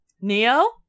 neo